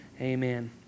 amen